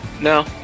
No